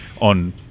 on